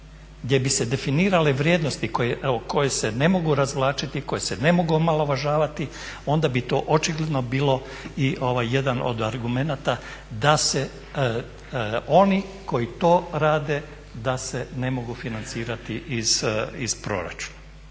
gdje bi se definirale koje se ne mogu razvlačiti, koje se ne mogu omalovažavati onda bi to očigledno bilo i jedan od argumenata da se oni koji to rade da se ne mogu financirati iz proračuna.